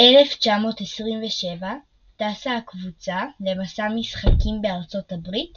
ב-1927 טסה הקבוצה למסע משחקים בארצות הברית